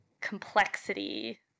complexity